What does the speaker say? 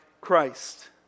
Christ